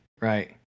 right